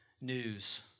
news